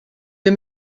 wir